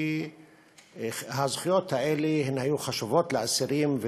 כי הזכויות האלה היו חשובות לאסירים,